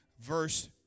verse